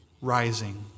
rising